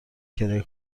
کرایه